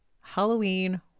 Halloween